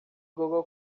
google